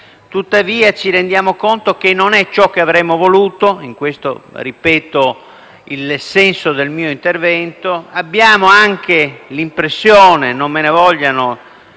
Tuttavia, ci rendiamo conto che non è ciò che avremmo voluto e in questo ripeto il senso del mio intervento. Abbiamo anche l'impressione - non me ne vogliano i